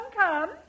come